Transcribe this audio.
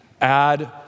add